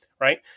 Right